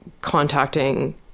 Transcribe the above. contacting